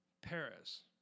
Paris